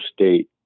state